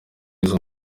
izo